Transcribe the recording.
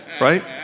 Right